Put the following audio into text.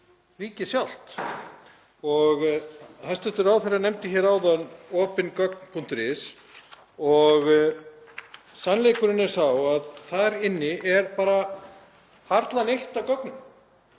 ríkið sjálft. Hæstv. ráðherra nefndi hér áðan opingogn.is og sannleikurinn er sá að þar inni er bara varla neitt af gögnum